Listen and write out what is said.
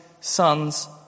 sons